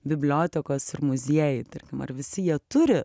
bibliotekos ir muziejai tarkim ar visi jie turi